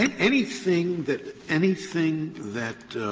and anything that, anything that